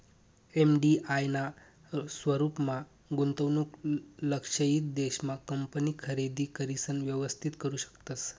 FDI ना स्वरूपमा गुंतवणूक लक्षयित देश मा कंपनी खरेदी करिसन व्यवस्थित करू शकतस